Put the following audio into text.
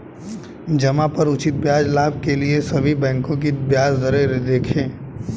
जमा पर उचित ब्याज लाभ के लिए सभी बैंकों की ब्याज दरें देखें